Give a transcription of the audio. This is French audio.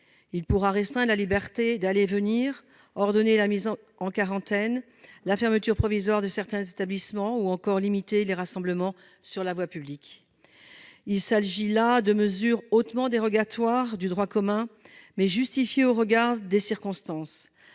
restreindre la liberté d'aller et venir, ordonner la mise en quarantaine, la fermeture provisoire de certains établissements, ou encore limiter les rassemblements sur la voie publique. Il s'agit là de mesures hautement dérogatoires au droit commun, mais justifiées au regard des circonstances.